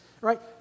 right